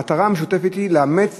המטרה המשותפת היא לאמץ